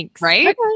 Right